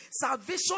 Salvation